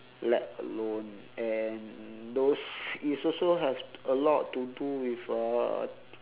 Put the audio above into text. let alone and those is also have a lot to do with uh